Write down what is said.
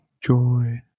joy